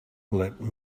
let